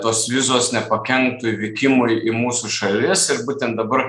tos vizos nepakenktų įvykimui į mūsų šalis ir būtent dabar